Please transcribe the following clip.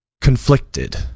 conflicted